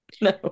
No